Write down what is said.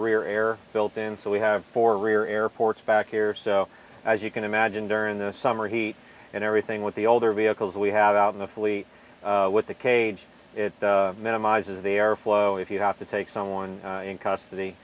rear air built in so we have four rear airports back here so as you can imagine during the summer heat and everything with the older vehicles we have out in the fully with the cage it minimises the airflow if you have to take someone in custody